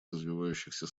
развивающихся